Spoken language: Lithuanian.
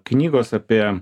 knygos apie